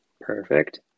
Perfect